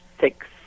six